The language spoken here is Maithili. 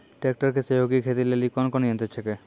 ट्रेकटर के सहयोगी खेती लेली कोन कोन यंत्र छेकै?